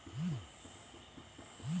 ಸಾಲ ಕಟ್ಟಲು ನೋಟಿಸ್ ಕೊಡುತ್ತೀರ?